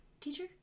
Teacher